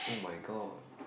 oh-my-god